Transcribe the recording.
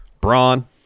Braun